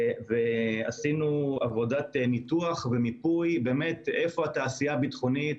עשינו עבודת ניתוח ומיפוי איפה התעשייה הביטחונית